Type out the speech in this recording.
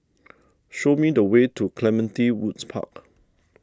show me the way to Clementi Woods Park